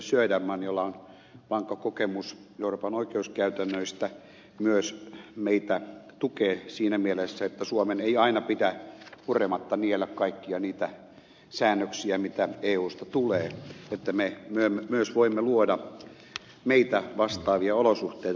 söderman jolla on vankka kokemus euroopan oikeuskäytännöistä myös meitä tukee siinä mielessä että suomen ei aina pidä purematta niellä kaikkia niitä säännöksiä mitä eusta tulee että me myös voimme luoda meitä vastaavia olosuhteita